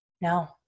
No